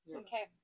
okay